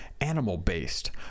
animal-based